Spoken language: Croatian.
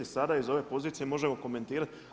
Sada iz ove pozicije možemo komentirati.